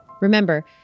Remember